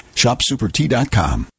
shopsupertea.com